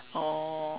oh